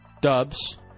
Dubs